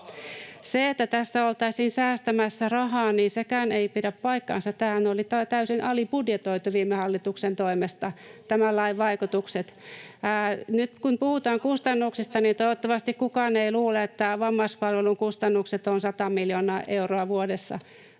Sekään, että tässä oltaisiin säästämässä rahaa, ei pidä paikkaansa. Tämän lain vaikutuksethan oli täysin alibudjetoitu viime hallituksen toimesta. Nyt, kun puhutaan kustannuksista, toivottavasti kukaan ei luule, että vammaispalvelukustannukset ovat 100 miljoonaa euroa vuodessa.